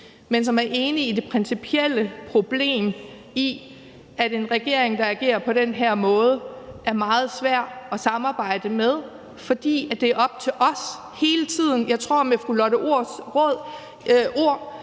men som er enige i det principielle problem, nemlig at en regering, der agerer på den her måde, er meget svær at samarbejde med, fordi det er op til os hele tiden. Med fru Lotte Rods ord: